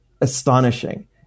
astonishing